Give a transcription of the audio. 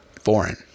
foreign